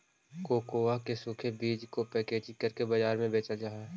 cocoa के सूखे बीज को पैकेजिंग करके बाजार में बेचल जा हई